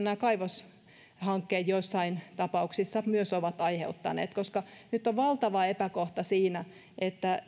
nämä kaivoshankkeet myös joissain tapauksissa ovat aiheuttaneet nyt on valtava epäkohta siinä että